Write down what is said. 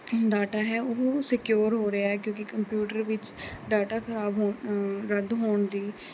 data ਹੈ ਉਹ secure ਹੋ ਰਿਹਾ ਹੈ ਕਿਉਂਕਿ ਕੰਪਿਊਟਰ ਵਿੱਚ ਡਾਟਾ ਖ਼ਰਾਬ ਹੋਣ ਰੱਦ ਹੋਣ ਦੀ